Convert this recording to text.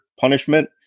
punishment